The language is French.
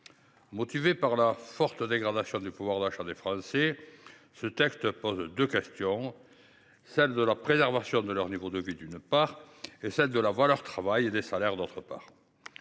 Motivée par la forte dégradation du pouvoir d’achat des Français, cette proposition de loi pose deux questions : celle de la préservation de leur niveau de vie, d’une part, celle de la valeur du travail et des salaires, d’autre part.